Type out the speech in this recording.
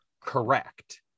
correct